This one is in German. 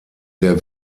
der